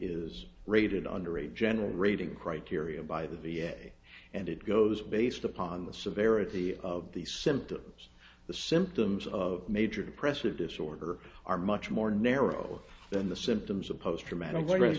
is rated under a general rating criteria by the v a and it goes based upon the severity of the symptoms the symptoms of major depressive disorder are much more narrow than the symptoms of post traumatic stress